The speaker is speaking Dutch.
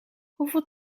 hoeveel